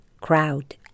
crowd